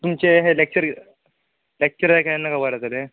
तुमचें अहे lecture lecture केन्ना काबार जातले